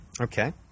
Okay